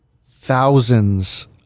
thousands